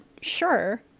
Sure